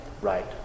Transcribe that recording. Right